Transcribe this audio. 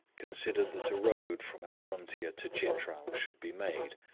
considered that a road from our frontier to chitral should be made,